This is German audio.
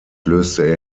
löste